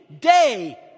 day